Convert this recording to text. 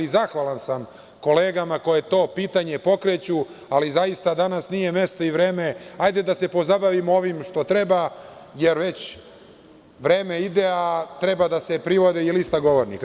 Zahvalan sam kolegama koje to pitanje pokreću, ali zaista danas nije mesto i vreme, hajde da se pozabavimo ovim što treba, jer već vreme ide, a treba da se privodi i lista govornika.